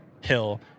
Hill